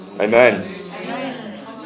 Amen